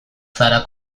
zara